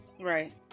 Right